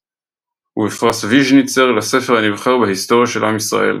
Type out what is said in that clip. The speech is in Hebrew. ובפרס ויז'ניצר לספר הנבחר בהיסטוריה של עם ישראל.